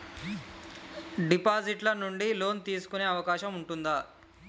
Deposit ల నుండి loan తీసుకునే అవకాశం ఉంటదా?